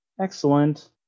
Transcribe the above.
Excellent